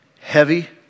heavy